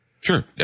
Sure